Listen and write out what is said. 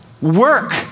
work